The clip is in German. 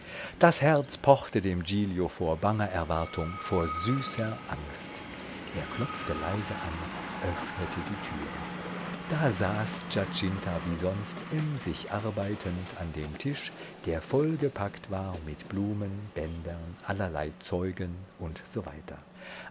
das herz pochte dem giglio vor banger erwartung vor süßer angst er klopfte leise an öffnete die türe da saß giacinta wie sonst emsig arbeitend an dem tisch der vollgepackt war mit blumen bändern allerlei zeugen u s